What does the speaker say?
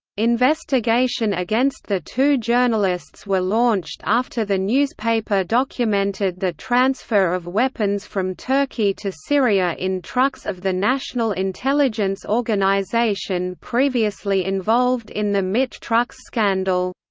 investigation against the two journalists were launched after the newspaper documented the transfer of weapons from turkey to syria in trucks of the national intelligence organization previously involved in the mit trucks scandal.